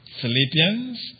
Philippians